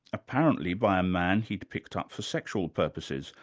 apparently by a man he'd picked up for sexual purposes,